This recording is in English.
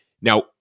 Now